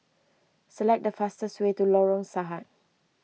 select the fastest way to Lorong Sahad